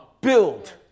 Build